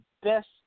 best